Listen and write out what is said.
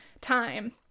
time